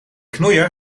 knoeier